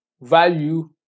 Value